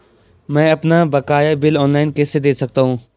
मैं अपना बकाया बिल ऑनलाइन कैसे दें सकता हूँ?